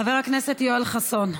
חבר הכנסת יואל חסון,